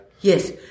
Yes